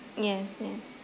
yes yes